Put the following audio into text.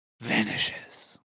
vanishes